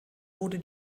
wurde